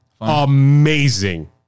amazing